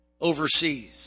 overseas